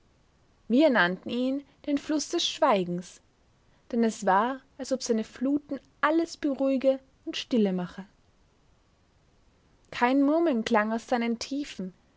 wir nannten ihn den fluß des schweigens denn es war als ob sein fluten alles beruhige und stille mache kein murmeln klang aus seinen tiefen